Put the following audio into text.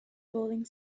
falling